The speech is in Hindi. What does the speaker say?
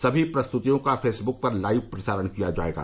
सभी प्रस्तुतियों का फेसबुक पर लाइव प्रसारण किया जाएगा